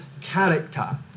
character